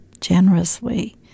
generously